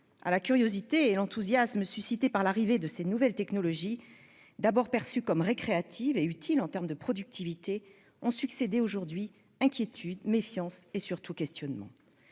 À la curiosité et à l'enthousiasme suscités par l'émergence de ces nouvelles technologies, d'abord perçues comme récréatives et utiles en matière de productivité, ont succédé l'inquiétude, la méfiance et, surtout, les questionnements.